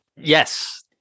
Yes